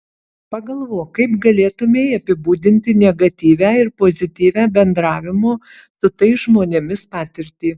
pagalvok kaip galėtumei apibūdinti negatyvią ir pozityvią bendravimo su tais žmonėmis patirtį